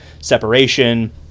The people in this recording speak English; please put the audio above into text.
separation